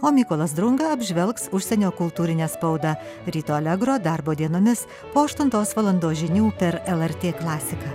o mykolas drunga apžvelgs užsienio kultūrinę spaudą ryto alegro darbo dienomis po aštuntos valandos žinių per lrt klasiką